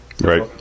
Right